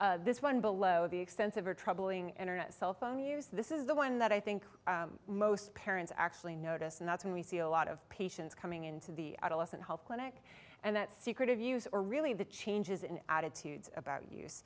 excuses this one below the extensive or troubling internet cellphone use this is the one that i think most parents actually notice and that's when we see a lot of patients coming into the adolescent health clinic and that secretive use or really the changes in attitudes about use